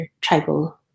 tribal